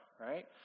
right